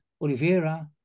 Oliveira